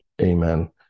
Amen